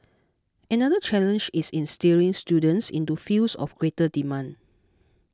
another challenge is in steering students into fields of greater demand